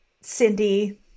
Cindy